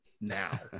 now